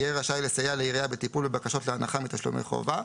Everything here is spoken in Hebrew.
יהיה רשאי לסייע לעירייה בטיפול בבקשות להנחה מתשלומי חובה,